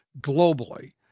globally